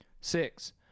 Six